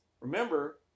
remember